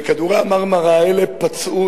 ו"כדורי המרמרה" האלה פצעו.